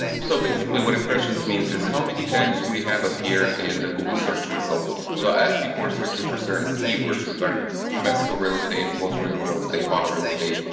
so basically what impressions means, is how many times we have appeared in the google search results, so asked before searching for certain keywords regarding mexico real estate, rosarito real estate, baja real estate,